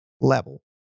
level